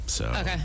Okay